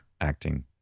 acting